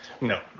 no